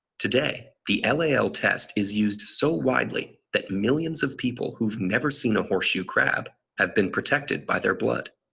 today the lal test is used so widely that millions of people who've never seen a horseshoe crab have been protected by their blood.